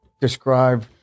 Describe